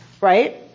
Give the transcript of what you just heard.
right